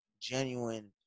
genuine